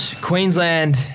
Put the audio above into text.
Queensland